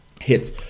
hits